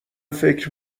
فکر